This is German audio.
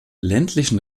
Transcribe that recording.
ländlichen